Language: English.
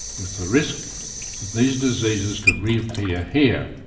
with the risk that these diseases could reappear here,